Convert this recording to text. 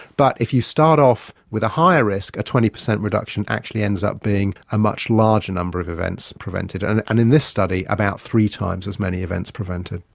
but if you start off with a higher risk, a twenty percent reduction actually ends up being a much larger number of events prevented. and and in this study, about three times as many events prevented.